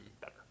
Better